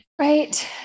right